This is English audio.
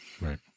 Right